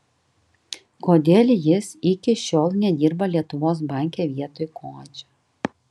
kodėl jis iki šiol nedirba lietuvos banke vietoj kuodžio